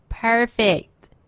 perfect